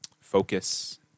focus